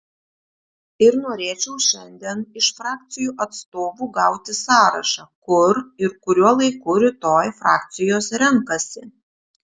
ir norėčiau šiandien iš frakcijų atstovų gauti sąrašą kur ir kuriuo laiku rytoj frakcijos renkasi